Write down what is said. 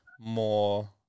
more